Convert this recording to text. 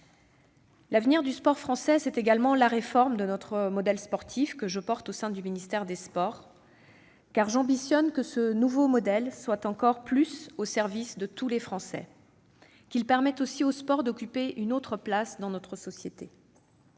L'avenir du sport français, c'est également la réforme de notre modèle sportif, que je porte au sein du ministère des sports. En effet, j'ai pour ambition que ce nouveau modèle soit davantage au service de tous les Français et qu'il permette au sport d'occuper une autre place dans notre société.